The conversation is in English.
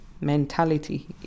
mentality